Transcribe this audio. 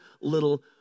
little